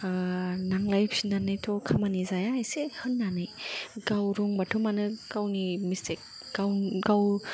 नांलायफिननानैथ' खामानि जाया एसे होननानै गाव रं बाथ' मानो गावनि मिसटेक गाव